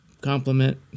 compliment